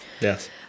Yes